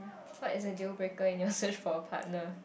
what is the dealbreaker in your search for a partner